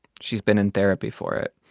she's been in therapy for it.